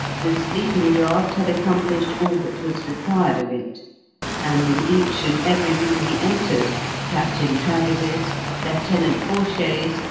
the sleeping-draught had accomplished all that was required of it and in each and every room he entered captain travers's, lieutenant forshay's,